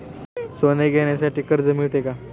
सोने घेण्यासाठी कर्ज मिळते का?